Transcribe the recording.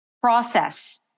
process